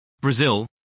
Brazil